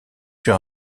sur